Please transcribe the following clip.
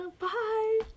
Bye